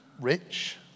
rich